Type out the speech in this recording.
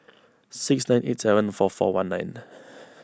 six nine eight seven four four one nine